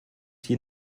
hier